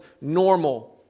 normal